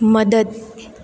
મદદ